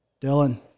Dylan